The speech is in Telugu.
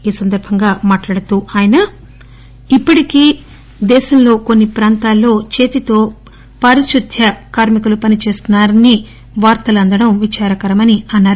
ఈ సందర్బంగా మాట్లాడుతూ ఆయన ఇప్పటికీ దేశంలో కొన్ని ప్రాంతాల్లో చేతితో పారిశుధ్య పనులు చేస్తున్నా రని వార్తలందడం విచారకరమని అన్నారు